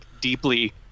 deeply